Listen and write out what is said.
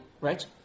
right